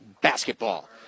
basketball